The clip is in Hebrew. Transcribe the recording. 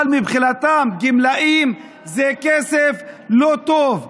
מבחינתם גמלאים זה כסף לא טוב,